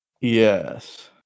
yes